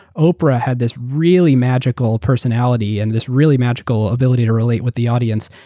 oprah had this really magical personality and this really magical ability to relate with the audience.